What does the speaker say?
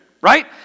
right